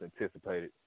anticipated